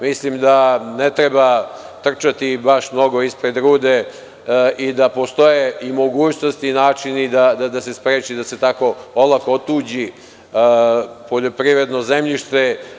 Mislim da ne treba trčati baš mnogo ispred rude i da postoje i mogućnosti i načini da se spreči da se tako olako otuđi poljoprivredno zemljište.